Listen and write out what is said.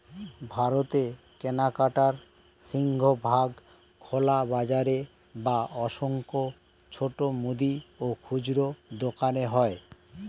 ভারতে কেনাকাটার সিংহভাগ খোলা বাজারে বা অসংখ্য ছোট মুদি ও খুচরো দোকানে হয়